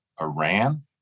Iran